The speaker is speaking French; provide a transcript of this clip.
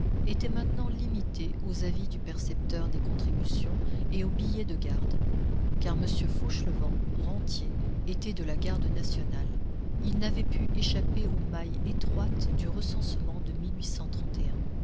était maintenant limitée aux avis du percepteur des contributions et aux billets de garde car m fauchelevent rentier était de la garde nationale il n'avait pu échapper aux mailles étroites du recensement de